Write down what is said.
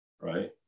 right